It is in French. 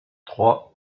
trois